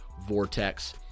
Vortex